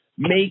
make